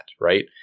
Right